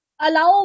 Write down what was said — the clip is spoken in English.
allow